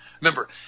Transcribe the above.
Remember